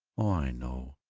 i know!